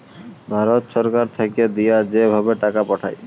ভারত ছরকার থ্যাইকে দিঁয়া যে ভাবে টাকা পাঠায়